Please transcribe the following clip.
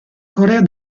corea